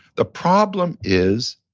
the problem is,